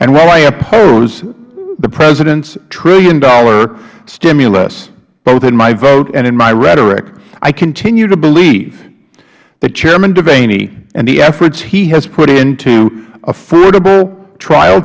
and while i oppose the president's trilliondollar stimulus both in my vote and in my rhetoric i continue to believe that chairman devaney and the efforts he has put into affordable trial